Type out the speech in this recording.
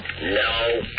No